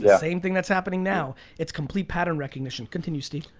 yeah same thing that's happening now. it's complete pattern recognition. continue steph.